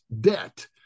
debt